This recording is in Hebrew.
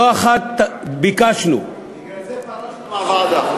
לא אחת ביקשנו, בגלל זה פרשת מהוועדה.